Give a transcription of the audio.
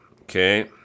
Okay